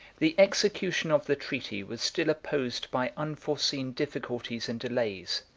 the execution of the treaty was still opposed by unforeseen difficulties and delays.